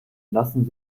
lassen